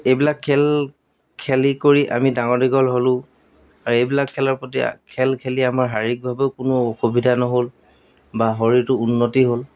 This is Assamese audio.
এইবিলাক খেল খেলি কৰি আমি ডাঙৰ দীঘল হ'লোঁ আৰু এইবিলাক খেলৰ প্ৰতি খেল খেলি আমাৰ শাৰীৰিকভাৱেও কোনো অসুবিধা নহ'ল বা শৰীৰটো উন্নতি হ'ল